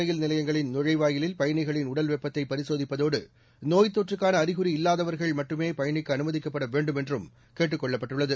ரயில் நிலையங்களின் நுழைவாயிலில் பயணிகளின் உடல் வெப்பத்தை மெட்ரோ பரிசோதிப்பதோடு நோய்த் தொற்றுக்கான அறிகுறி இல்வாதவர்கள் மட்டுமே பயணிக்க அனுமதிக்கப்பட வேண்டும் என்றும் கேட்டுக் கொள்ளப்பட்டுள்ளது